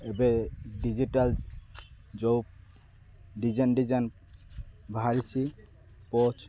ଏବେ ଡିଜିଟାଲ୍ ଯେଉଁ design design ବାହାରିଛି ପୋଜ୍